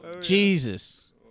Jesus